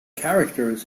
characters